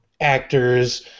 actors